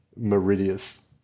Meridius